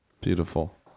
Beautiful